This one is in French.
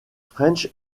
french